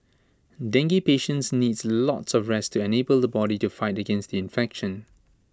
dengue patients needs lots of rest to enable the body to fight against the infection